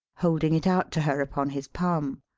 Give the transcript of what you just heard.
holding it out to her upon his palm.